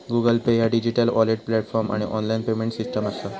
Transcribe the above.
Google Pay ह्या digital wallet platform आणि online payment system असा